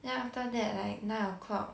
then after that like nine o'clock